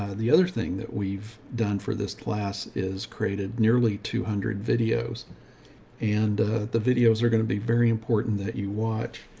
ah the other thing that we've done for this class is created nearly two hundred videos and the videos are going to be very important that you watch.